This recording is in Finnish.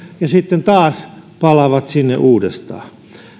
ja sitten taas palaamaan sinne uudestaan